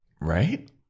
right